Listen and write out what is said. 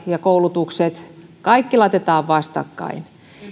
ja koulutukset kaikki laitetaan vastakkain